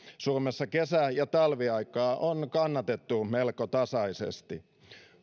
suomessa kesä ja talviaikaa on kannatettu melko tasaisesti